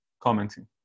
commenting